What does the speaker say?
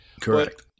Correct